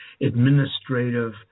administrative